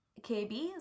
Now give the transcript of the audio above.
kb